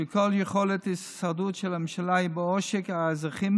כשכל יכולת ההישרדות של הממשלה היא בעושק האזרחים